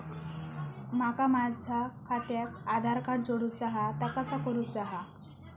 माका माझा खात्याक आधार कार्ड जोडूचा हा ता कसा करुचा हा?